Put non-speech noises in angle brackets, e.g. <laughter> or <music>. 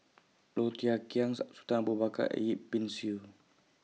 Low Thia Khiang <noise> Sultan Abu Bakar Yip Pin Xiu